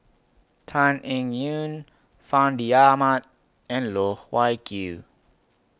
Tan Eng Yoon Fandi Ahmad and Loh Wai Kiew